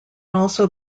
also